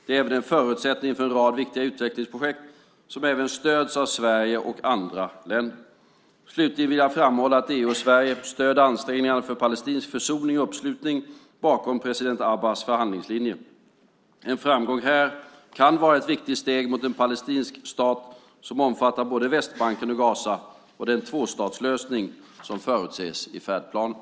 Det är även en förutsättning för en rad viktiga utvecklingsprojekt som även stöds av Sverige och andra EU-länder. Slutligen vill jag framhålla att EU och Sverige stöder ansträngningarna för palestinsk försoning och uppslutning bakom president Abbas förhandlingslinje. En framgång här kan vara ett viktigt steg mot en palestinsk stat, som omfattar både Västbanken och Gaza, och den tvåstatslösning som förutses i färdplanen.